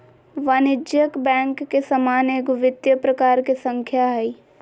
वाणिज्यिक बैंक के समान एगो वित्तिय प्रकार के संस्था हइ